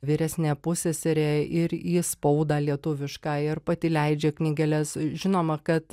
vyresnė pusseserė ir į spaudą lietuvišką ir pati leidžia knygeles žinoma kad